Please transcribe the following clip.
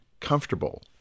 comfortable